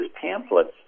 pamphlets